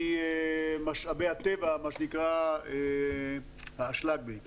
ממשאבי הטבע, מה שנקרא האשלג, בעיקר.